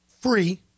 free